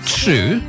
true